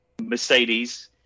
Mercedes